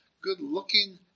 good-looking